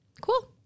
Cool